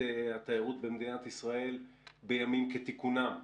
התיירות במדינת ישראל בימים כתיקונם.